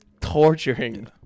torturing